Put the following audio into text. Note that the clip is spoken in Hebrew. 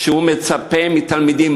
כשהוא מצפה מתלמידים,